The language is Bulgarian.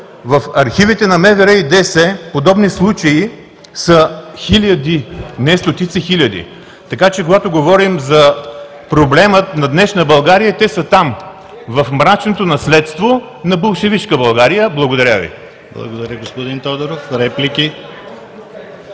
В архивите на МВР и ДС подобни случаи са хиляди. Не стотици – хиляди. Така че, когато говорим за проблема на днешна България, те са там – в мрачното наследство на болшевишка България. Благодаря Ви. (Шум и реплики.)